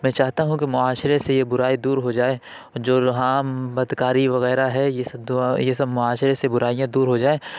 میں چاہتا ہوں کہ معاشرے سے یہ برائی دور ہو جائے جو لو عام بد کاری وغیرہ ہے یہ سب دعا یہ سب معاشرے سے برائیاں دور ہو جائیں